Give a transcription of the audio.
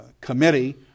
committee